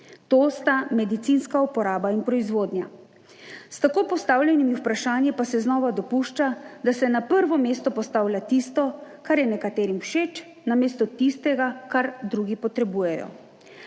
to sta medicinska uporaba in proizvodnja. S tako postavljenimi vprašanji pa se znova dopušča, da se na prvo mesto postavlja tisto, kar je nekaterim všeč, namesto tistega, kar drugi potrebujejo.